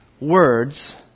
words